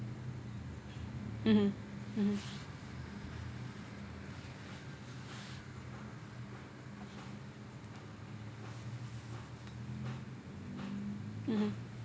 mmhmm mmhmm mmhmm